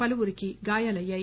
పలువురికి గాయాలయ్యాయి